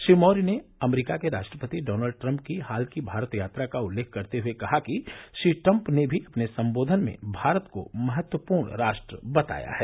श्री मौर्य ने अमरीका के राष्ट्रपति डॉनल्ड ट्रम्प की हाल की भारत यात्रा का उल्लेख करते हुये कहा कि श्री ट्रम्प ने भी अपने सम्बोधन में भारत को महत्वपूर्ण राष्ट्र बताया है